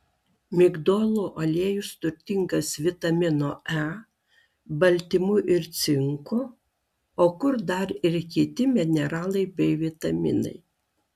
migdolų aliejus turtingas vitamino e baltymų ir cinko o kur dar ir kiti mineralai bei vitaminai